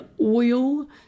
oil